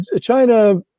China